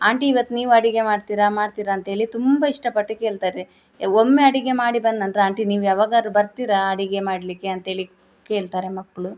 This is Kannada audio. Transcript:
ಆಂಟಿ ಇವತ್ತು ನೀವು ಅಡುಗೆ ಮಾಡ್ತೀರಾ ಮಾಡ್ತೀರಾ ಅಂಥೇಳಿ ತುಂಬ ಇಷ್ಟಪಟ್ಟು ಕೇಳ್ತಾರೆ ಒಮ್ಮೆ ಅಡುಗೆ ಮಾಡಿ ಬಂದು ನಂತರ ಆಂಟಿ ನೀವು ಯಾವಾಗಾದ್ರೂ ಬರ್ತೀರಾ ಅಡುಗೆ ಮಾಡಲಿಕ್ಕೆ ಅಂಥೇಳಿ ಕೇಳ್ತಾರೆ ಮಕ್ಕಳು